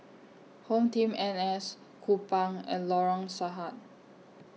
HomeTeam N S Kupang and Lorong Sahad